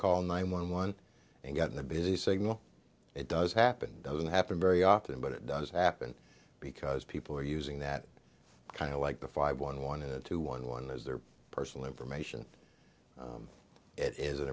call nine one one and get in the busy signal it does happen doesn't happen very often but it does happen because people are using that kind of like the five one one and two one one as their personal information it is an